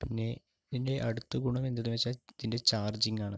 പിന്നെ ഇതിൻ്റെ അടുത്ത ഗുണം എന്തെന്ന് വെച്ചാൽ ഇതിൻ്റെ ചാർജിങ്ങാണ്